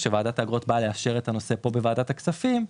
כשוועדת האגרות באה לאפשר את הנושא בוועדת הכספים,